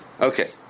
Okay